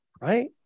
Right